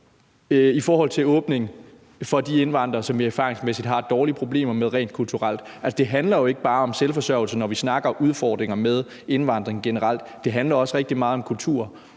i forhold til åbning for de indvandrere, som vi erfaringsmæssigt har problemer med rent kulturelt? Det handler jo ikke bare om selvforsørgelse, når vi snakker udfordringer med indvandring generelt. Det handler også rigtig meget om kultur.